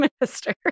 minister